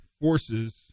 forces